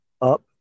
up